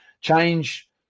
change